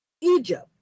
Egypt